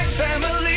family